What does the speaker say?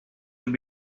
have